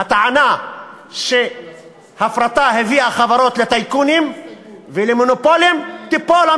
הטענה שהפרטה הביאה חברות לטייקונים ולמונופולים תיפול,